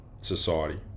society